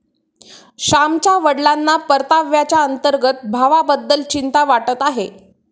श्यामच्या वडिलांना परताव्याच्या अंतर्गत भावाबद्दल चिंता वाटत आहे